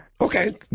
Okay